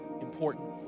important